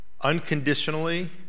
unconditionally